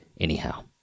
Anyhow